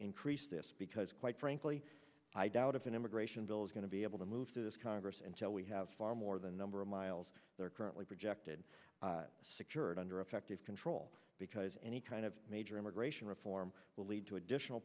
increase this because quite frankly i doubt if an immigration bill is going to be able to move through this congress until we have far more the number of miles they're currently projected secured under effective control because any kind of major immigration reform will lead to additional